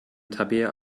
tabea